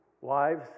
wives